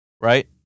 Right